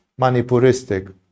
Manipuristic